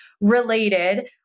related